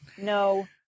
No